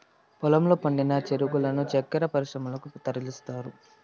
పొలంలో పండిన చెరుకును చక్కర పరిశ్రమలకు తరలిస్తారు